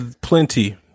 Plenty